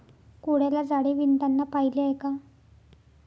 कोळ्याला जाळे विणताना पाहिले आहे का?